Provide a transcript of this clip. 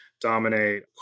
dominate